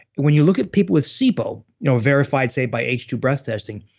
when you look at people with sibo you know verified say by h two breath testing,